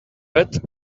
bad